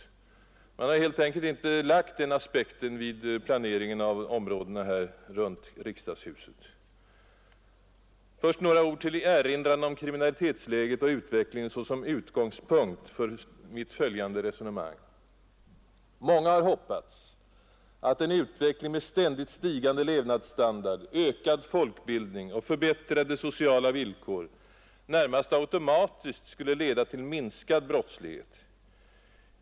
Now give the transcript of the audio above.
Man har helt enkelt inte lagt denna aspekt på planeringen av områdena runt riksdagshuset. Först några ord till erinran om kriminalitetsläget och kriminalitetsutvecklingen såsom utgångspunkt för mitt resonemang. Många har hoppats att en utveckling med ständigt stigande levnadsstandard, ökad folkbildning och förbättrade sociala villkor närmast automatiskt skulle leda till minskad brottslighet.